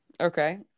Okay